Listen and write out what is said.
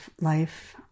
life